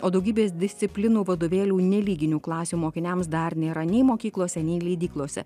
o daugybės disciplinų vadovėlių nelyginių klasių mokiniams dar nėra nei mokyklose nei leidyklose